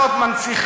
על כך שישראל צריכה